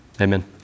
amen